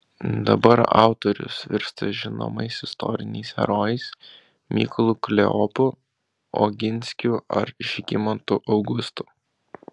dabar autorius virsta žinomais istoriniais herojais mykolu kleopu oginskiu ar žygimantu augustu